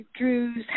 Drew's